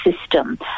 system